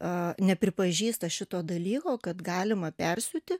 a nepripažįsta šito dalyko kad galima persiūti